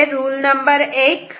rule number एक rule no